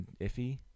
iffy